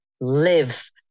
live